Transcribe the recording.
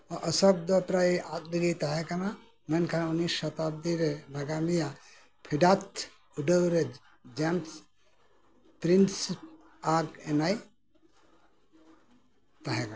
ᱚᱥᱳᱠ ᱫᱚ ᱯᱨᱟᱭ ᱟᱫ ᱨᱮᱜᱮᱭ ᱛᱟᱦᱮᱸ ᱠᱟᱱᱟ ᱢᱮᱱᱠᱷᱟᱱ ᱩᱱᱤᱥ ᱥᱚᱛᱟᱥᱵᱽᱫᱤ ᱨᱮ ᱱᱟᱜᱟᱢᱤᱭᱟᱹ ᱯᱷᱮᱰᱟᱛ ᱩᱰᱷᱟᱹᱣ ᱨᱮ ᱡᱮᱢᱥ ᱯᱨᱤᱱᱥᱮᱯ ᱟᱜᱽ ᱮᱱᱟᱭ ᱛᱟᱦᱮᱸ ᱠᱟᱱᱟ